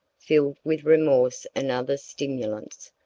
filled with remorse and other stimulants,